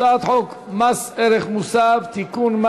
הצעת חוק מס ערך מוסף (תיקון,